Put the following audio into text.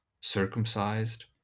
circumcised